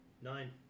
nine